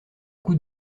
coup